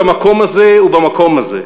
ביום הזה ובמקום הזה,